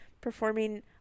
performing